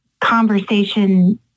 conversation